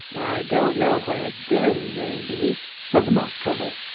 don't know where dinn may be said the mock turtle,